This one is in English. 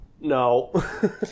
no